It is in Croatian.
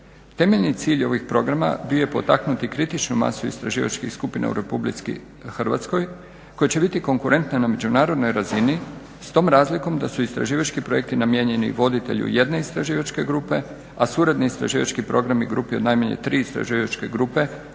Temeljni cilj ovih programa bio je potaknuti kritičnu masu istraživačkih skupina u RH koje će biti konkurentne na međunarodnoj razini s tom razlikom da su istraživački projekti namijenjeni voditelju jedne istraživačke grupe, a suradni istraživački programi grupi od najmanje tri istraživačke grupe